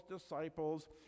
disciples